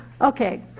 Okay